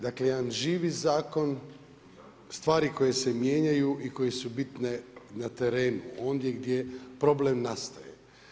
Dakle, jedan živi zakon, stvari koje se mijenjaju i koje su bitne na terenu, ondje gdje problem nastaje.